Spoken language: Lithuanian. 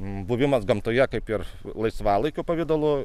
buvimas gamtoje kaip ir laisvalaikio pavidalu